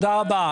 תודה רבה.